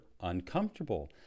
uncomfortable